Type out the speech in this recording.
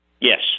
Yes